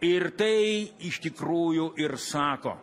ir tai iš tikrųjų ir sako